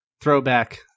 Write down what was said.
Throwback